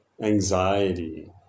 anxiety